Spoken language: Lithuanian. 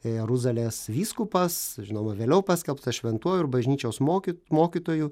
jeruzalės vyskupas žinoma vėliau paskelbtas šventuoju ir bažnyčios moky mokytoju